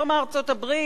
יותר מארצות-הברית.